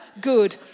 good